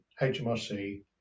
HMRC